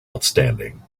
outstanding